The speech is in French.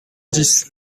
dix